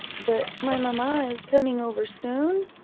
but my mamma is coming over soon?